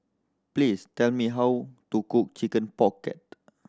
please tell me how to cook Chicken Pocket